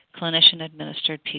Clinician-Administered